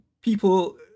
people